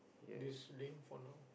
this lane from now